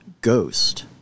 Ghost